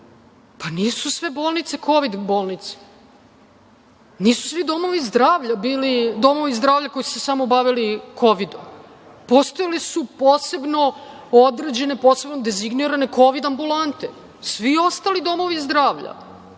Pa, nisu sve bolnice Kovid bolnice! Nisu svi domovi zdravlja bili domovi zdravlja koji su se samo bavili Kovidom. Postojale su posebno određene, posebno dezignirane Kovid ambulante. Svi ostali domovi zdravlja